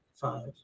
five